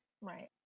Right